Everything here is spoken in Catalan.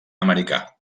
americà